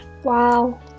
Wow